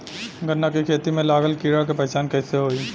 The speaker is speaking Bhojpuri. गन्ना के खेती में लागल कीड़ा के पहचान कैसे होयी?